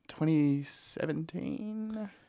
2017